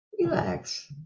relax